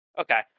Okay